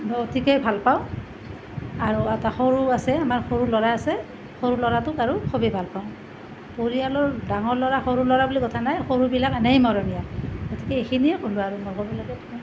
মই অতিকৈ ভাল পাওঁ আৰু এটা সৰু আছে আমাৰ সৰু ল'ৰা আছে সৰু ল'ৰাটোক আৰু খুবেই ভাল পাওঁ পৰিয়ালৰ ডাঙৰ ল'ৰা সৰু ল'ৰা বুলি কথা নাই সৰুবিলাক এনেই মৰমিয়াল গতিকে এইখিনিয়ে ক'লোঁ আৰু